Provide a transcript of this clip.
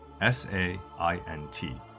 S-A-I-N-T